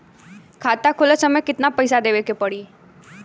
खाता खोलत समय कितना पैसा देवे के पड़ी?